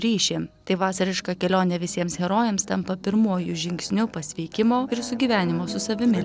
ryšį tai vasariška kelionė visiems herojams tampa pirmuoju žingsniu pasveikimo ir sugyvenimo su savimi